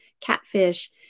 catfish